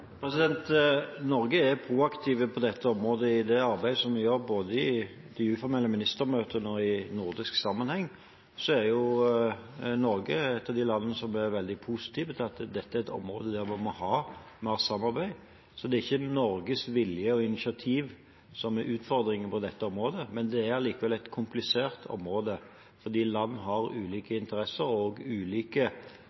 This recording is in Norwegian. Norge er proaktiv på dette området i det arbeidet vi gjør. Både i de uformelle ministermøtene og i nordisk sammenheng er Norge et av de landene som er veldig positive til at dette er et område der man har samarbeid. Så det er ikke Norges vilje og initiativ som er utfordringene på dette området. Men det er likevel et komplisert område, fordi land har ulike